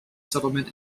settlement